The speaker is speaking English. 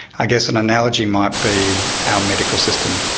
i guess an analogy might be our medical system.